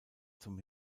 zum